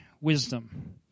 wisdom